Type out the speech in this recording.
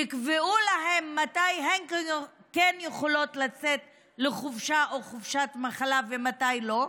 יקבעו להן מתי הן כן יכולות לצאת לחופשה או חופשת מחלה ומתי לא,